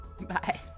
bye